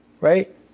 Right